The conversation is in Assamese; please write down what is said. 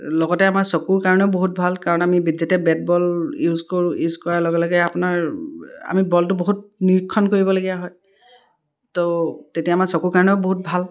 লগতে আমাৰ চকুৰ কাৰণেও বহুত ভাল কাৰণ আমি যাতে বেট বল ইউজ কৰোঁ ইউজ কৰাৰ লগে লগে আপোনাৰ আমি বলটো বহুত নিৰীক্ষণ কৰিবলগীয়া হয় তো তেতিয়া আমাৰ চকুৰ কাৰণেও বহুত ভাল